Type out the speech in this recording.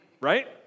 right